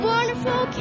Wonderful